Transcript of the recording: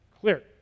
Clear